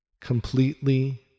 completely